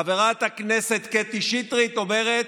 חברת הכנסת קטי שטרית אומרת,